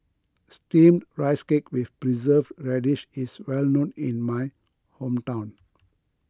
Steamed Rice Cake with Preserved Radish is well known in my hometown